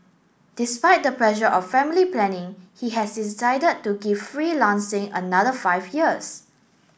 despite the pressure of family planning he has decided to give freelancing another five years